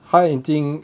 他已经